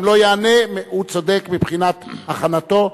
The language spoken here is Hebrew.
אם לא יענה, הוא צודק מבחינת הכנתו.